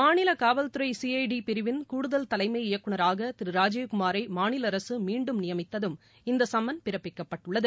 மாநில காவல்துறை சிஐடி பிரிவின் கூடுதல் தலைமை இயக்குநராக திரு ராஜுவ்குமாரை மாநில அரசு மீண்டும் நியமித்ததும் இந்த சம்மன் பிறப்பிக்கப்பட்டுள்ளது